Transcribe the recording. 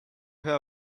have